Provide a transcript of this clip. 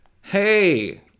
hey